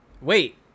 Wait